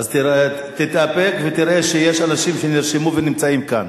אז תתאפק ותראה שיש אנשים שנרשמו ונמצאים כאן.